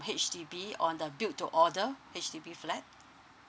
H_D_B on the build to order H_D_B flat